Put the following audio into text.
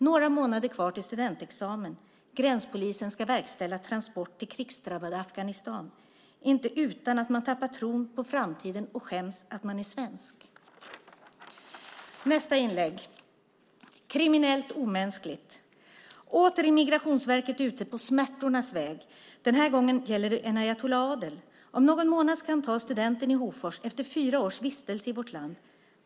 Några månader kvar till studentexamen. Gränspolisen ska verkställa transport till krigsdrabbade Afghanistan. Inte utan att man tappar tron på framtiden och skäms att man är svensk. Nästa inlägg: Kriminellt omänskligt. Åter är Migrationsverket ute på "smärtornas väg". Den här gången gäller det Enayatullah Adel. Om någon månad ska han ta studenten i Hofors efter fyra års vistelse i vårt land.